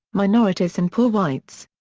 minorities and poor whites.